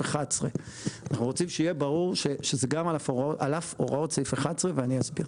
11. אנחנו רוצים שיהיה ברור שזה גם על אף הוראות סעיף 11 ואני אסביר.